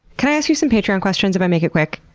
can i ask you some patreon questions if i make it quick?